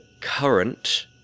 current